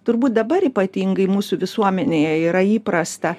turbūt dabar ypatingai mūsų visuomenėje yra įprasta